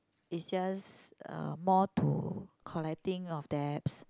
is just uh more to collecting of debts